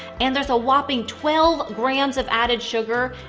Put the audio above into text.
and there's a whopping twelve grams of added sugar!